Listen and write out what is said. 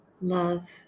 love